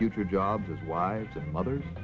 future jobs as wives and mothers